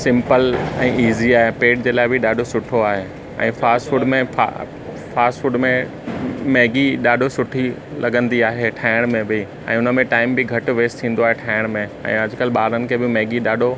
simple ऐं easy आहे पेट जे लाइ बि ॾाढो सुठो आहे ऐं फास्ट फूड में फा फास्ट फूड में मैगी ॾाढो सुठी लॻंदी आहे ठाहिण में बि ऐं उनमें टाइम बि घटि वेस्ट थींदो आहे ठाहिण में ऐं अॼकल्ह ॿारनि खे बि मैगी ॾाढो